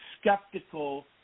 skeptical